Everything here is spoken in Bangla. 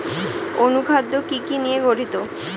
অনুখাদ্য কি কি নিয়ে গঠিত?